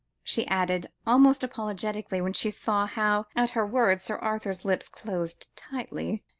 she added, almost apologetically when she saw how, at her words, sir arthur's lips closed tightly.